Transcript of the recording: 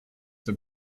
der